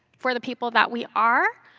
for the people that we are,